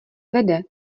vede